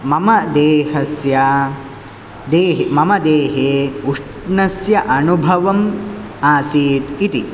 मम देहस्य दे मम देहे उष्णस्य अनुभवम् आसीत् इति